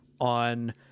on